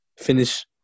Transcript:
finish